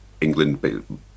England